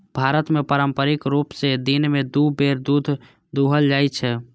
भारत मे पारंपरिक रूप सं दिन मे दू बेर दूध दुहल जाइ छै